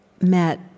met